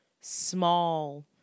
small